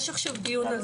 יש עכשיו דיון על זה,